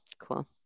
cool